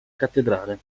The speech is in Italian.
cattedrale